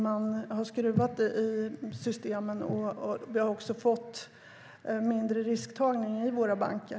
Man har skruvat i systemen, och vi har fått mindre risktagning i våra banker.